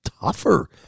tougher